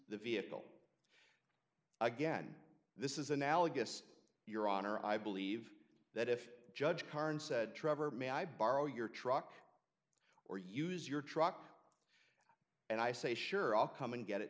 the vehicle again this is analogous your honor i believe that if judge carnes said trevor may i borrow your truck or use your truck and i say sure i'll come and get it